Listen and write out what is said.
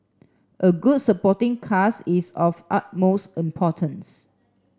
a good supporting cast is of utmost importance